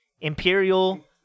Imperial